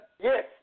Yes